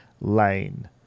lane